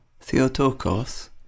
Theotokos